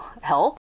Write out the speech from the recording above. help